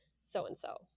so-and-so